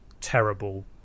terrible